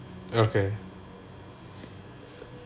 okay